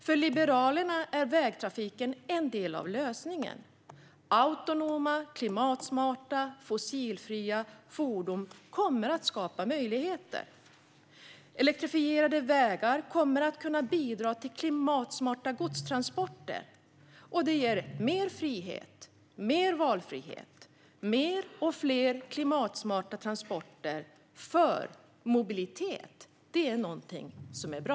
För Liberalerna är vägtrafiken en del av lösningen. Autonoma, klimatsmarta och fossilfria fordon kommer att skapa möjligheter. Elektrifierade vägar kommer att kunna bidra till klimatsmarta godstransporter. Det ger mer frihet, mer valfrihet och mer och fler klimatsmarta transporter. Mobilitet är nämligen någonting som är bra.